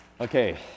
Okay